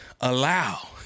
Allow